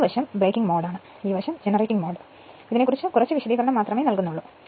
ഈ വശം braking mode ഈ വശം ജനറേറ്റിംഗ് മോഡ് എന്നതിനെ കുറിച്ച് കുറച്ച് വിശദീകരണം മാത്രമേ നൽകൂ